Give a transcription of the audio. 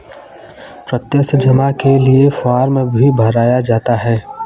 प्रत्यक्ष जमा के लिये फ़ार्म भी भराया जाता है